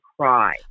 cry